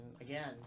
again